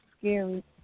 Scary